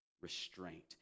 restraint